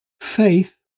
faith